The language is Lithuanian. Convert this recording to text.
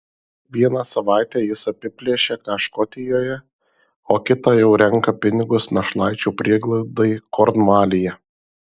vieną savaitę jis apiplėšia ką škotijoje o kitą jau renka pinigus našlaičių prieglaudai kornvalyje